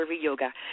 yoga